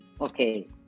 Okay